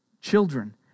children